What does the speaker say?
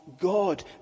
God